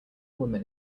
woman